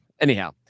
anyhow